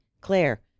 Claire